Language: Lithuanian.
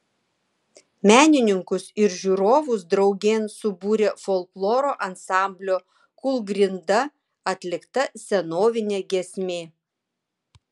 menininkus ir žiūrovus draugėn subūrė folkloro ansamblio kūlgrinda atlikta senovinė giesmė